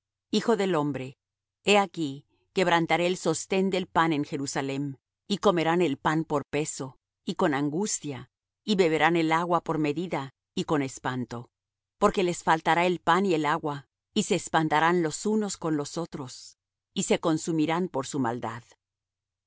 hijo del hombre he aquí quebrantaré el sostén del pan en jerusalem y comerán el pan por peso y con angustia y beberán el agua por medida y con espanto porque les faltará el pan y el agua y se espantarán los unos con los otros y se consumirán por su maldad y